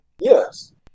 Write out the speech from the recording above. Yes